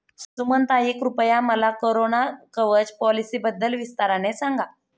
सुमनताई, कृपया मला कोरोना कवच पॉलिसीबद्दल विस्ताराने सांगा